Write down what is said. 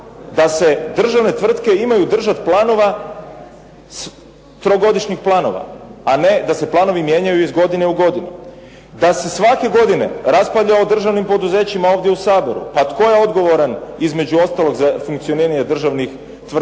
da se državne tvrtke imaju držati trogodišnjih planova a ne da se planovi mijenjaju iz godine u godinu, da se svake godine raspravlja o državnim poduzećima ovdje u Saboru. Pa tko je odgovoran između ostalog za funkcioniranje državnih tvrtki?